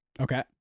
Okay